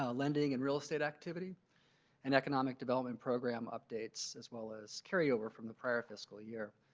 ah leppedzing and real estate activity and economic development program updates as well as carry over from the prior fiscal year.